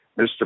Mr